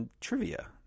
trivia